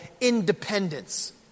independence